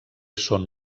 són